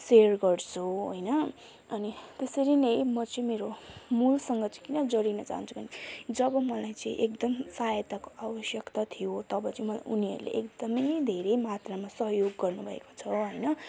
share गर्छु हैन अनि त्यसरी नै म चाहिँ मेरो मूलसँग चाहिँ किन जोडिन चाहन्छु भने जब मलाई चाहिँ एकदम सहायताको आवश्यकता थियो तब चाहिँ मलाई उनीहरूले एकदमै धेरै मात्रामा सहयोग गर्नु भएको छ हैन